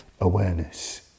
awareness